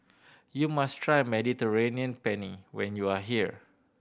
you must try Mediterranean Penne when you are here